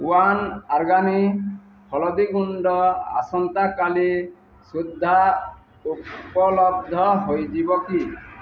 one organic ହଳଦୀ ଗୁଣ୍ଡ ଆସନ୍ତା କାଲି ସୁଦ୍ଧା ଉପଲବ୍ଧ ହୋଇଯିବ କି